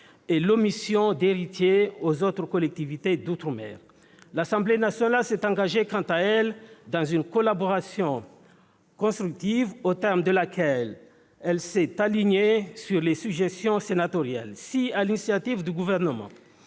et l'omission d'héritiers aux autres collectivités d'outre-mer. L'Assemblée nationale s'est engagée, quant à elle, dans une collaboration constructive, au terme de laquelle elle s'est alignée sur les suggestions sénatoriales. Si, sur l'initiative du Gouvernement,